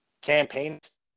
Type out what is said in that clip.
Campaigns